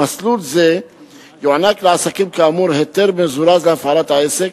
במסלול זה יוענק לעסקים כאמור היתר מזורז להפעלת העסק,